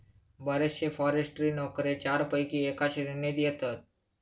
बरेचशे फॉरेस्ट्री नोकरे चारपैकी एका श्रेणीत येतत